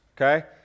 okay